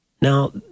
Now